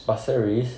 pasir ris